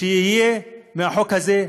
שיהיה מהחוק הזה,